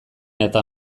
eta